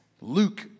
Luke